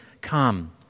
come